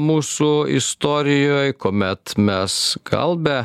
mūsų istorijoj kuomet mes gal be